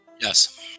Yes